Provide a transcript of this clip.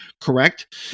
Correct